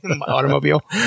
Automobile